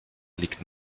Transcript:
liegt